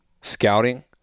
scouting